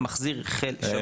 שמחזיר חלק, שבריר.